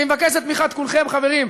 אני מבקש את תמיכת כולכם, חברים.